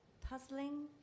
Puzzling